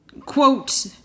quote